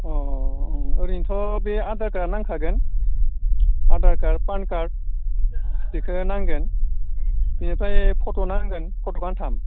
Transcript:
ओं ओरैनोथ' बे आधार कार्ट आ नांखागोन आधार कार्ट पान कार्ट बिखो नांगोन बिनिफ्राय फट'नांगोन फट' गांथाम